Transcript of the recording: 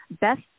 Best